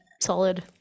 solid